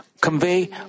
convey